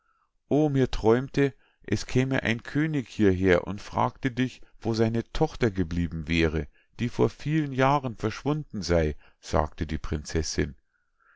o mir träumte es käme ein könig hieher und fragte dich wo seine tochter geblieben wäre die vor vielen jahren verschwunden sei sagte die prinzessinn